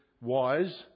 wise